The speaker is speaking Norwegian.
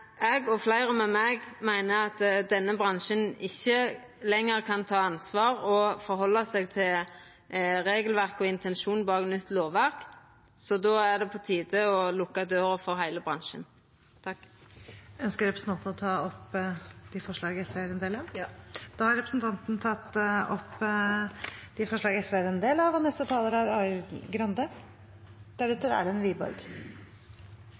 Eg og fleire med meg meiner at denne bransjen ikkje lenger kan ta ansvar og halda seg til regelverk og intensjon bak nytt lovverk, så då er det på tide å lukka døra for heile bransjen. Eg tek opp forslaga SV er ein del av. Representanten Solfrid Lerbrekk har tatt opp de forslagene hun refererte til. Arbeiderpartiet ønsker et trygt og rettferdig arbeidsliv for alle. Sånn er